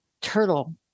turtle